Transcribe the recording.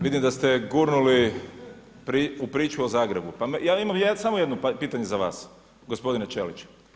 Vidim da ste gurnuli u priču o Zagrebu, ja imam samo jedno pitanje za vas gospodine Ćelić.